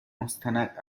مستند